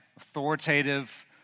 authoritative